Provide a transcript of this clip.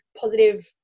positive